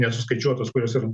nesuskaičiuotos kurios ir